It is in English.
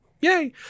yay